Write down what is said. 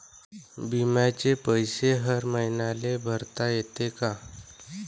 बिम्याचे पैसे हर मईन्याले भरता येते का?